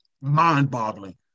mind-boggling